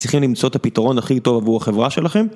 צריכים למצוא את הפתרון הכי טוב עבור החברה שלכם.